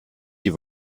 die